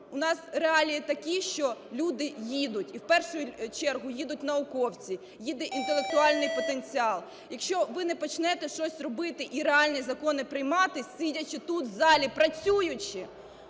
У нас реалії такі, що люди їдуть, і в першу чергу їдуть науковці, їде інтелектуальний потенціал. Якщо ви не почнете щось робити і реальні закони приймати, сидячи тут в залі, працюючи,